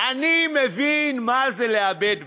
אני מבין מה זה לאבד בית.